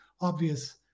obvious